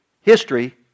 history